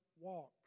walk